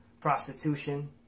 Prostitution